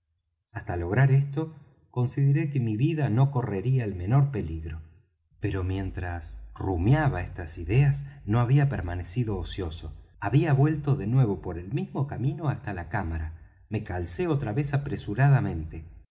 hasta lograr esto consideré que mi vida no correría el menor peligro pero mientras rumiaba estas ideas no había permanecido ocioso había vuelto de nuevo por el mismo camino hasta la cámara me calcé otra vez apresuradamente